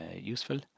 useful